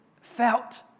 felt